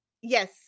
Yes